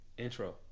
Intro